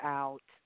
out